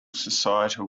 societal